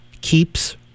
keeps